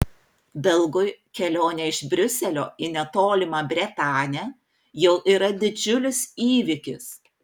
belgui kelionė iš briuselio į netolimą bretanę jau yra didžiulis įvykis